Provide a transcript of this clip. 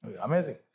Amazing